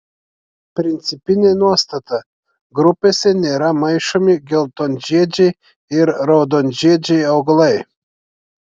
principinė nuostata grupėse nėra maišomi geltonžiedžiai ir raudonžiedžiai augalai